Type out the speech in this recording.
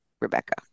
Rebecca